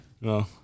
no